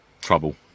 trouble